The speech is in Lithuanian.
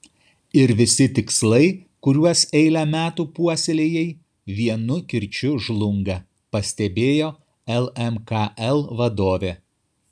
ir visi tikslai kuriuos eilę metų puoselėjai vienu kirčiu žlunga pastebėjo lmkl vadovė